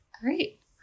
great